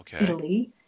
Italy